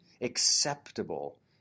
acceptable